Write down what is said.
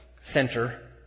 center